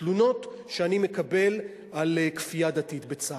תלונות שאני מקבל על כפייה דתית בצה"ל.